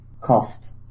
cost